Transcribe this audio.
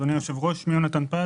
אני יונתן פז,